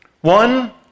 One